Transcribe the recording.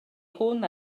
hwn